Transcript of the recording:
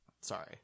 sorry